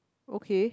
okay